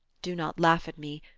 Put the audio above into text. do not laugh at me,